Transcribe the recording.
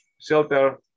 shelter